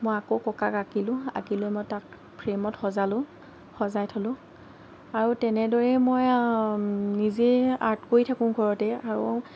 মই আকৌ ককাক আঁকিলো আঁকি লৈ মই তাক ফ্ৰেমত সজালোঁ সজাই থ'লো আৰু তেনেদৰেই মই নিজেই আৰ্ট কৰি থাকোঁ ঘৰতে আৰু